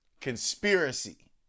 Conspiracy